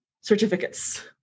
certificates